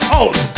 out